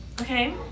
Okay